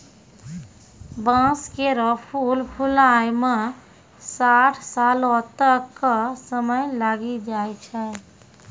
बांस केरो फूल फुलाय म साठ सालो तक क समय लागी जाय छै